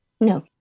No